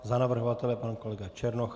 Za navrhovatele pan kolega Černoch.